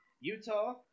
Utah